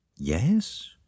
Yes